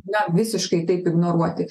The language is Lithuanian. na visiškai taip ignoruoti